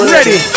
Ready